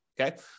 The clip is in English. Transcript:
okay